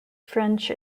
french